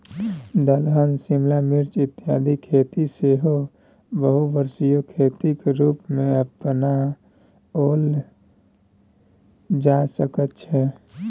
दलहन शिमला मिर्च इत्यादिक खेती सेहो बहुवर्षीय खेतीक रूपमे अपनाओल जा सकैत छै